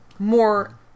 more